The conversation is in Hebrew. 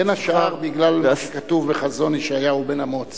בין השאר בגלל שכתוב בחזון ישעיהו בן אמוץ